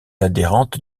adhérente